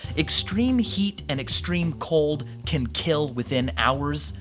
extreme heat and extreme cold can kill within hours,